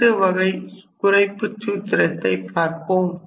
அடுத்த வகை குறைப்புச் சூத்திரத்தை பார்ப்போம்